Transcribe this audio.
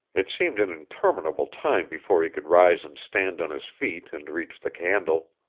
it seemed an interminable time before he could rise and stand on his feet and reach the candle.